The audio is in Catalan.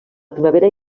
primavera